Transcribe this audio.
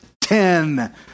ten